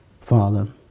Father